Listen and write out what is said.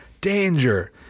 danger